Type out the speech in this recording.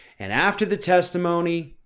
and after the testimony,